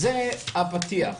זה הפתיח.